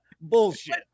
Bullshit